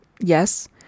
yes